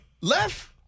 Left